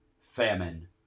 famine